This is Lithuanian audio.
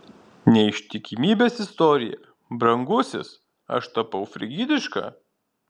neištikimybės istorija brangusis aš tapau frigidiška